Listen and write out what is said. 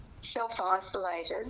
self-isolated